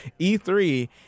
e3